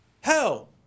Hell